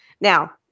Now